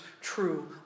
true